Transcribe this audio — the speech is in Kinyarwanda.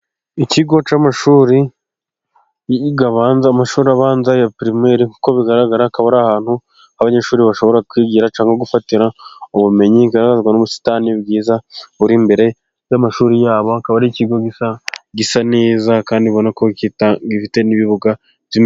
Ikigo cy'amashuri abanza, amashuri abanza ya pirimeri, nk'uko bigaragara akaba ari ahantu abanyeshuri bashobora kwigira, cyangwa gufatira ubumenyi, kigaragazwa n'ubusitani bwiza buri imbere y'amashuri yabo, kikaba ari ikigo gisa neza kandi ubona ko gifite n'ibibuga.